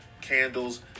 candles